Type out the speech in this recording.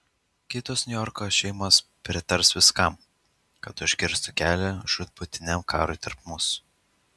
kitos niujorko šeimos pritars viskam kad užkirstų kelią žūtbūtiniam karui tarp mūsų